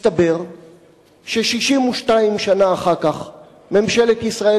מסתבר ש-62 שנה אחר כך ממשלת ישראל